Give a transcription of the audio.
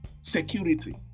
security